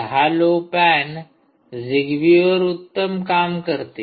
6 LoWPAN Zigbee वर उत्तम काम करते